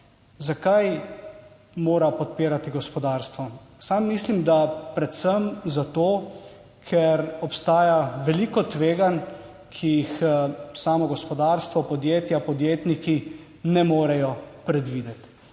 Zakaj mora podpirati gospodarstvo? Sam mislim, da predvsem zato, ker obstaja veliko tveganj, ki jih samo gospodarstvo, podjetja, podjetniki ne morejo predvideti.